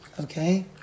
Okay